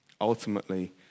Ultimately